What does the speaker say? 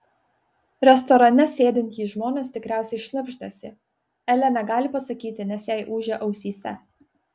restorane sėdintys žmonės tikriausiai šnibždasi elė negali pasakyti nes jai ūžia ausyse